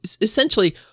essentially